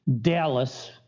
Dallas